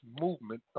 movement